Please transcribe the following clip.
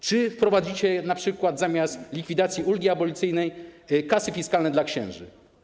Czy wprowadzicie np. zamiast likwidacji ulgi abolicyjnej kasy fiskalne dla księży?